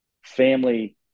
Family